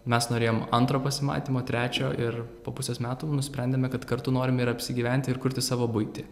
mes norėjom antro pasimatymo trečio ir po pusės metų nusprendėme kad kartu norime ir apsigyventi ir kurti savo buitį